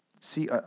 See